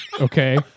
Okay